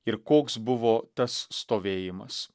ir koks buvo tas stovėjimas